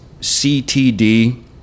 CTD